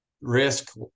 risk